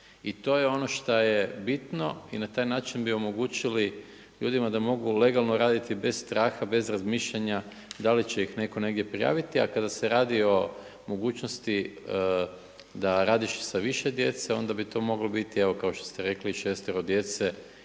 I to je ono šta je bitno i na taj način bi omogućili ljudima da mogu legalno raditi bez straha, bez razmišljanja da li će ih netko negdje prijaviti. A kada se radi o mogućnosti da radiš i sa više djece onda bi to moglo biti evo kao što ste rekli šestero djece